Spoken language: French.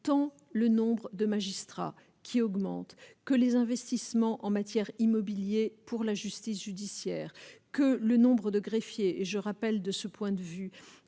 tant le nombre de magistrats qui augmente, que les investissements en matière Immobilier pour la justice judiciaire que le nombre de greffiers, je rappelle, de ce point de vue